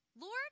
Lord